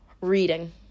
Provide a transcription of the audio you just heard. reading